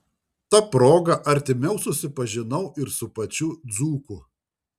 ta proga artimiau susipažinau ir su pačiu dzūku